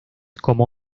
como